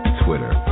twitter